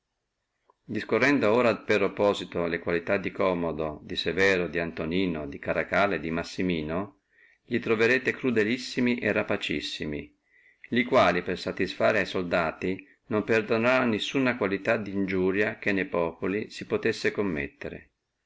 discorrendo ora per opposito le qualità di commodo di severo antonino caracalla e massimino li troverrete crudelissimi e rapacissimi li quali per satisfare a soldati non perdonorono ad alcuna qualità di iniuria che ne populi si potessi commettere